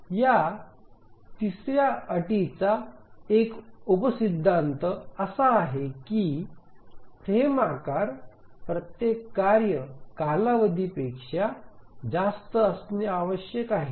या तिसऱ्या अटचा एक उपसिद्धांत असा आहे की फ्रेम आकार प्रत्येक कार्य कालावधीपेक्षा जास्त असणे आवश्यक आहे